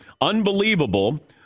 unbelievable